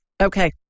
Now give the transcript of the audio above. Okay